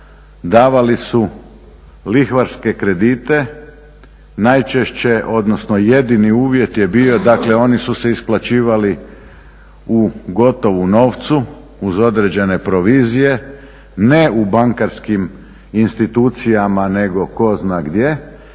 davali su lihvarske kredite, najčešće, odnosno jedini uvjet je bio, dakle oni su se isplaćivali u govoru novcu uz određene provizije n e u bankarskim institucijama nego tko zna gdje.